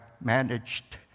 managed